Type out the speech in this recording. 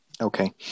Okay